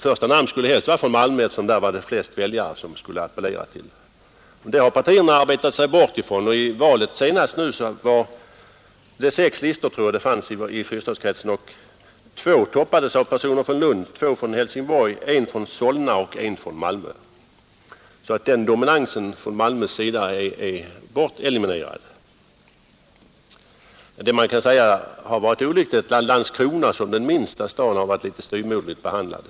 Första namnet skulle helst vara från Malmö, eftersom de flesta väljare man skulle appellera till bodde där. Partierna har arbetat sig bort från detta. Vid senaste valet fanns sex listor i fyrstadskretsen. Av dessa toppades två av personer från Lund, två från Helsingborg, en från Solna och en från Malmö. Den tidigare Malmödominansen är alltså eliminerad. Olyckligt har varit att Landskrona som den minsta staden varit litet styvmoderligt behandlad.